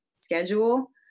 schedule